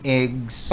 eggs